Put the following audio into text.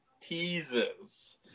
teases